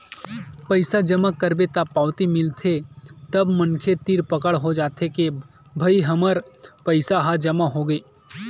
पइसा जमा करबे त पावती मिलथे तब मनखे तीर पकड़ हो जाथे के भई हमर पइसा ह जमा होगे